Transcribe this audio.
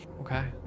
Okay